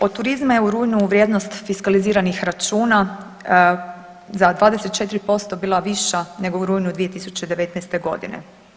Od turizma je u rujnu vrijednost fiskaliziranih računa za 24% bila viša nego u rujnu 2019. godine.